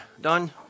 done